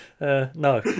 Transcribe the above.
No